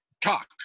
talk